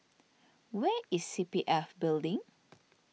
where is C P F Building